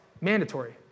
mandatory